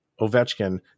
Ovechkin